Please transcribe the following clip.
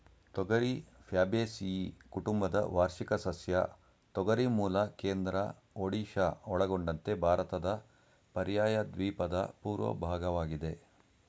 ತೊಗರಿ ಫ್ಯಾಬೇಸಿಯಿ ಕುಟುಂಬದ ವಾರ್ಷಿಕ ಸಸ್ಯ ತೊಗರಿ ಮೂಲ ಕೇಂದ್ರ ಒಡಿಶಾ ಒಳಗೊಂಡಂತೆ ಭಾರತದ ಪರ್ಯಾಯದ್ವೀಪದ ಪೂರ್ವ ಭಾಗವಾಗಿದೆ